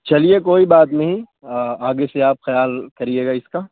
چلیے کوئی بات نہیں آگے سے آپ خیال کریے گا اس کا